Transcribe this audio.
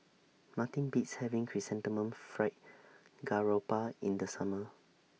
Nothing Beats having Chrysanthemum Fried Garoupa in The Summer